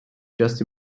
just